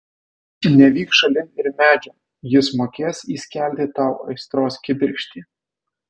nevyk šalin ir medžio jis mokės įskelti tau aistros kibirkštį